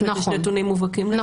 יש נתונים מובהקים לזה?